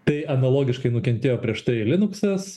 tai analogiškai nukentėjo prieš tai linuksas